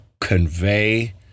convey